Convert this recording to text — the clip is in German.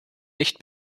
nicht